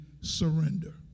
surrender